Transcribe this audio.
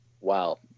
Wow